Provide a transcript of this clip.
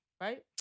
right